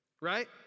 right